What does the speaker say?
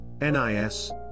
NIS